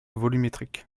volumétrique